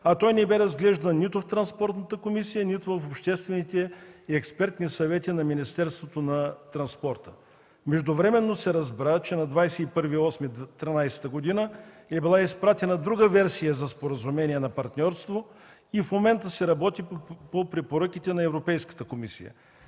а той не бе разглеждан нито в Транспортната комисия, нито в обществените и експертни съвети на Министерството на транспорта. Междувременно се разбра, че на 21 август 2013 г. е била изпратена друга версия за споразумение на партньорство и в момента се работи по препоръките на Европейската комисия.